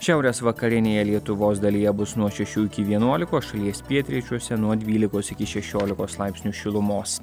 šiaurės vakarinėje lietuvos dalyje bus nuo šešių iki vienuolikos šalies pietryčiuose nuo dvylikos iki šešiolikos laipsnių šilumos